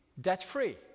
debt-free